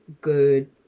good